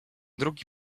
drugi